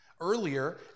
Earlier